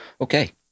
Okay